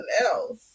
else